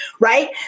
right